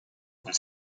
und